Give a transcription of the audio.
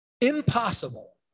impossible